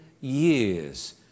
years